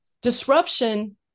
disruption